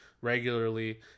regularly